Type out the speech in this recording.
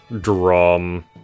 Drum